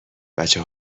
بچه